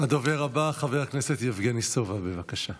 הדובר הבא, חבר הכנסת יבגני סובה, בבקשה.